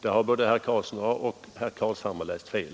Där har både herr Karlsson i Huskvarna och herr Carlshamre läst fel.